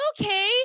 okay